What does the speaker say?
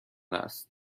است